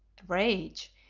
rage,